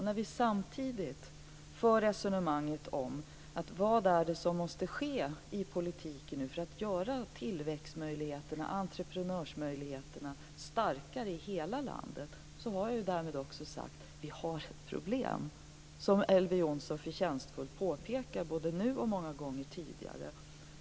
När vi för resonemanget om vad det är som måste ske i politiken för att göra tillväxtmöjligheterna och entreprenörsmöjligheterna starkare i hela landet, har vi därmed också sagt att vi har ett problem, som Elver Jonsson förtjänstfullt påpekat både nu och många gånger tidigare.